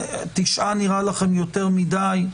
תשעה מ"ר נראה לכם יותר מדי,